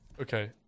Okay